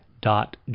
dot